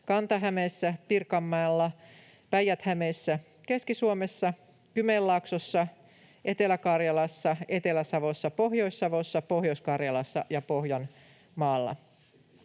Kanta-Hämeessä, Pirkanmaalla, Päijät-Hämeessä, Keski-Suomessa, Kymenlaaksossa, Etelä-Karjalassa, Etelä-Savossa, Pohjois-Savossa, Pohjois-Karjalassa ja Pohjanmaalla.